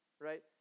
right